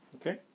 Okay